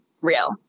real